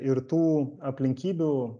ir tų aplinkybių